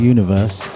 Universe